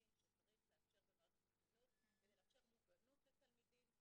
שצריך לאפשר במערכת החינוך כדי לאפשר מוגנות לתלמידים,